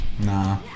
Nah